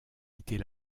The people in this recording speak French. était